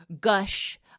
gush